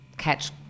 catch